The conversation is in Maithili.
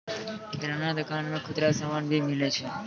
किराना दुकान मे खुदरा समान भी मिलै छै